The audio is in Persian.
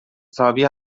حسابی